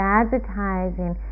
advertising